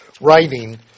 writing